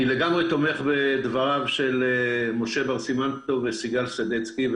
אני לגמרי תומך בדבריהם של משה בר סימן טוב וסיגל סדצקי.